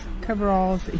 coveralls